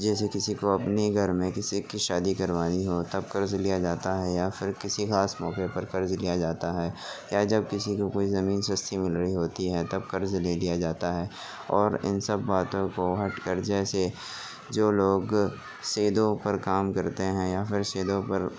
جیسے کسی کو اپنے گھر میں کسی کی شادی کروانی ہو تب قرض لیا جاتا ہے یا پھر کسی خاص موقعے پر قرض لیا جاتا ہے یا جب کسی کو کوئی زمین سے حصے مل رہی ہوتی ہے تب قرض لے لیا جاتا ہے اور ان سب باتوں کو ہٹ کر جیسے جو لوگ سودوں پر کام کرتے ہیں یا پھر سودوں پر